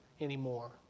anymore